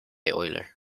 euler